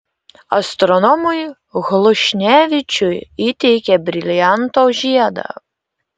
astronomui hlušnevičiui įteikė brilianto žiedą